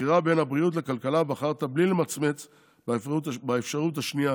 בבחירה בין הבריאות לכלכלה בחרת בלי למצמץ באפשרות השנייה,